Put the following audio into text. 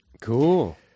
Cool